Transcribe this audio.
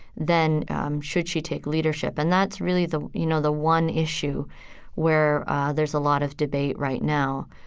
then should she take leadership? and that's really the, you know, the one issue where there's a lot of debate right now.